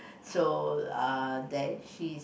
so uh that she